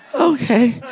Okay